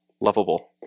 lovable